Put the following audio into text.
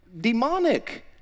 demonic